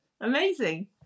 Amazing